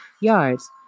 yards